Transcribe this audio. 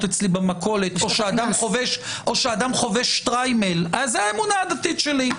אצלי במכולת או שאדם חובש שטריימל זו האמונה דתית שלי.